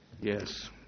Yes